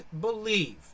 believe